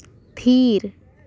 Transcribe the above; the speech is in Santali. ᱛᱷᱤᱨ